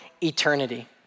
eternity